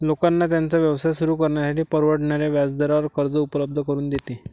लोकांना त्यांचा व्यवसाय सुरू करण्यासाठी परवडणाऱ्या व्याजदरावर कर्ज उपलब्ध करून देते